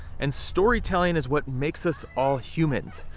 and storytelling is what makes us all humans.